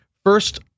First